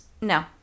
No